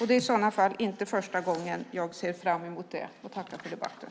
Det är i sådana fall inte första gången jag ser fram emot det. Jag tackar för debatten.